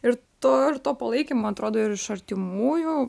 ir to ir to palaikymo atrodo ir iš artimųjų